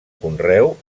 conreu